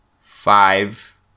five